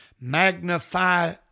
magnify